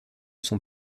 sont